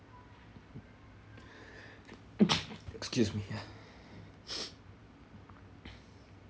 excuse me ya